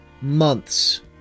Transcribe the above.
months